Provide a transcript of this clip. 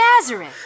Nazareth